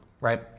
right